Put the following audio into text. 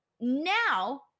now